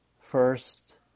First